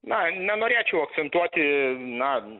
na nenorėčiau akcentuoti na